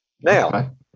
Now